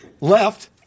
left